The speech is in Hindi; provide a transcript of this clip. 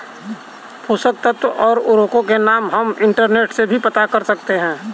पोषक तत्व और उर्वरकों के नाम हम इंटरनेट से भी पता कर सकते हैं